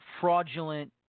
fraudulent